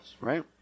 Right